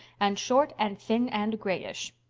and short and thin and grayish.